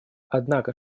однако